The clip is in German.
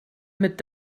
mit